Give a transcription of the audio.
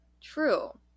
true